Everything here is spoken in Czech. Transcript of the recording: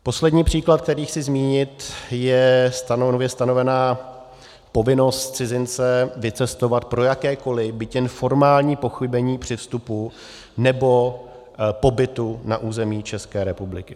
Poslední příklad, který chci zmínit, je nově stanovená povinnost cizince vycestovat pro jakékoli, byť jen formální pochybení při vstupu nebo pobytu na území České republiky.